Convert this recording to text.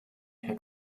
herr